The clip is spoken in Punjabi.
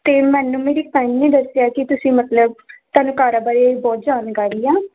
ਅਤੇ ਮੈਨੂੰ ਮੇਰੀ ਫਰੈਂਡ ਨੇ ਦੱਸਿਆ ਕਿ ਤੁਸੀਂ ਮਤਲਬ ਤੁਹਾਨੂੰ ਕਾਰਾਂ ਬਾਰੇ ਬਹੁਤ ਜਾਣਕਾਰੀ ਆ